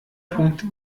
punkt